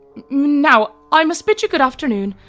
now i must bid you good afternoon.